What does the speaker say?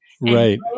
Right